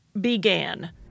began